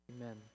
amen